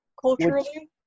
Culturally